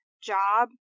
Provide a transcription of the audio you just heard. job